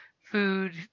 food